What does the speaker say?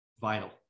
vital